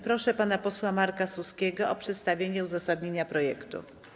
Proszę pana posła Marka Suskiego o przedstawienie uzasadnienia projektu.